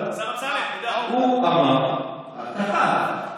השר אמסלם, הוא אמר, כתב,